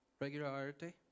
regularity